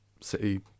City